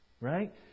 Right